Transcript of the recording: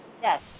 Yes